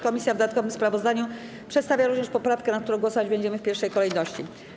Komisja w dodatkowym sprawozdaniu przedstawia również poprawkę, nad którą głosować będziemy w pierwszej kolejności.